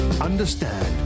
Understand